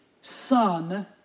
Son